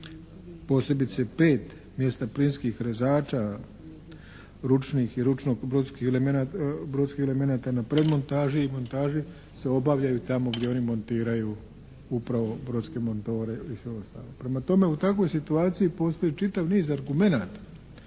posebice 5, mjesta plinskih rezača, ručnih i ručno brodskih elemenata na predmontaži i montaži se obavljaju tamo gdje oni montiraju upravo brodske motore i sve ostalo. Prema tome, u takvoj situaciji postoji čitav niz argumenata